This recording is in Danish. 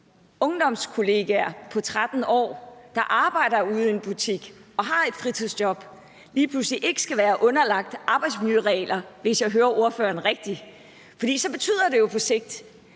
ungdomskollegaer på 13 år, der arbejder ude i en butik og har et fritidsjob, lige pludselig ikke skal være underlagt arbejdsmiljøregler, hvis jeg hører ordføreren rigtigt, for så betyder det jo på sigt,